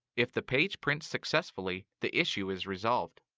if the page prints successfully, the issue is resolved.